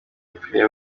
yapfiriye